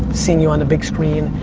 seeing you on the big screen,